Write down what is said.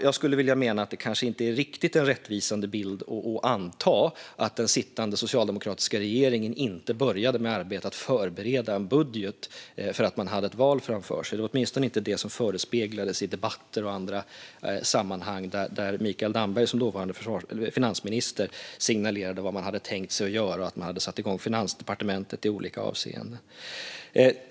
Jag skulle vilja mena att det kanske inte riktigt är en rättvisande bild att anta att den sittande socialdemokratiska regeringen inte började med arbetet att förbereda en budget därför att man hade ett val framför sig. Det var åtminstone inte det som förespeglades i debatter och andra sammanhang där Mikael Damberg som dåvarande finansminister signalerade vad man hade tänkt sig att göra och att man hade satt igång Finansdepartementet i olika avseenden.